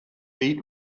beat